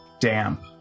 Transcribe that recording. damp